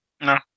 No